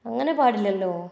അങ്ങനെ പാടില്ലല്ലോ